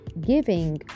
giving